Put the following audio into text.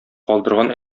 калдырган